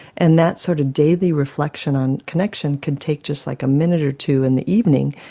and that sort of daily reflection on connection can take just like a minute or two in the evening,